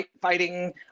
fighting